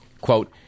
quote